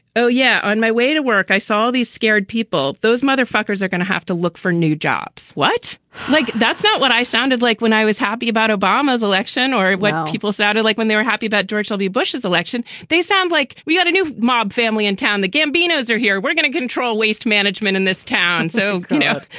oh, yeah. on my way to work, i saw these scared people. those motherfuckers are gonna have to look for new jobs. what? like that's not what i sounded like when i was happy about obama's election or what people sounded like when they were happy about george w. bush's election. they sound like we got a new mob family in town. the gambinos are here. we're gonna control waste management in this town. so, you know,